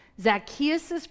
Zacchaeus